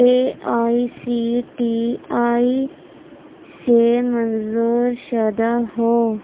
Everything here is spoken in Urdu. a I C T I سے منظور شدہ ہوں